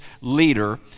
leader